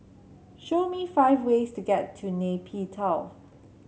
show me five ways to get to Nay Pyi Taw